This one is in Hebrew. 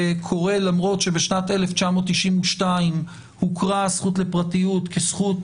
קורה למרות שבשנת 1992 הוכרה הזכות לפרטיות כזכות